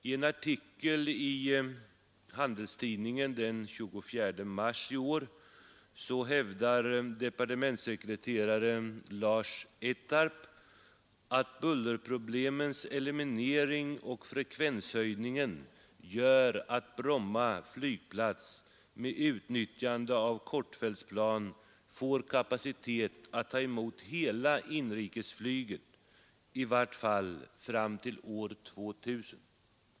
I en artikel i Handelstidningen den 24 mars i år hävdar departementssekreterare Lars Ettarp att bullerproblemens eliminering och frekvenshöjningen gör att t.ex. Bromma flygplats med utnyttjande av kortfältsplan får kapacitet att ta emot hela inrikesflyget, i vart fall fram till år 2 000.